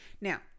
Now